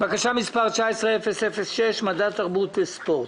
בקשה מס' 19-006, מדע, תרבות וספורט.